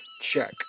check